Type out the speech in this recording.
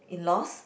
in laws